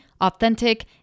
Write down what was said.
authentic